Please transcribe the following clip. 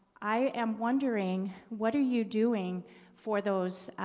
i am wondering what are you doing for those